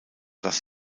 das